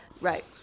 Right